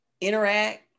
interact